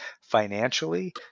financially